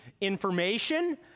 information